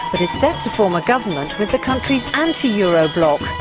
but is set to form a government with the country's anti-euro bloc.